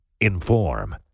inform